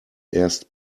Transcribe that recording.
erst